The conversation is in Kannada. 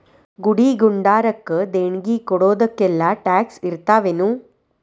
ಗುಡಿ ಗುಂಡಾರಕ್ಕ ದೇಣ್ಗಿ ಕೊಡೊದಕ್ಕೆಲ್ಲಾ ಟ್ಯಾಕ್ಸ್ ಇರ್ತಾವೆನು?